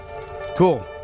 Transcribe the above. Cool